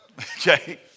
Okay